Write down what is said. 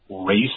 race